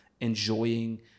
enjoying